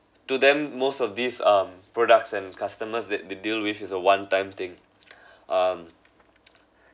to them most of these um products and customers that they deal with is a one time thing um